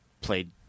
played